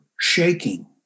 shaking